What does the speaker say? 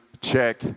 check